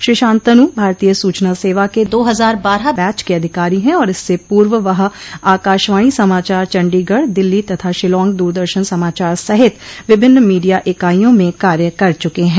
श्री शान्तनु भारतीय सूचना सेवा के दो हजार बारह बैच के अधिकारी हैं और इससे पूर्व वह आकाशवाणी समाचार चण्डीगढ़ दिल्ली तथा शिलांग दूरदर्शन समाचार सहित विभिन्न मीडिया इकाइयों में कार्य कर चुके हैं